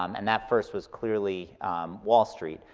um and that first was clearly wall street.